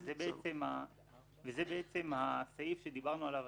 וזה הסעיף שדיברנו עליו,